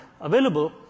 available